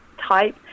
type